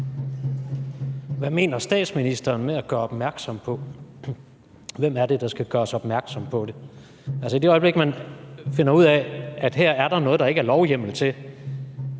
Hvad mener statsministeren med »at gøre opmærksom på«? Hvem er det, der skal gøres opmærksom på det? Altså, i det øjeblik, man finder ud af, at her er der noget, der ikke er lovhjemmel til,